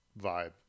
vibe